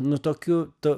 nu tokių to